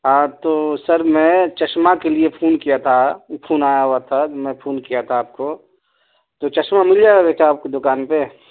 ہاں تو سر میں چشمہ کے لیے فون کیا تھا فون آیا ہوا تھا میں فون کیا تھا آپ کو تو چشمہ مل جائے گا بیٹا آپ کی دکان پہ